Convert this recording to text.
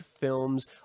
films